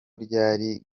ryari